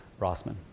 Rossman